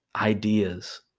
ideas